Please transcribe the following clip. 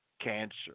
cancer